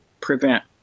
prevent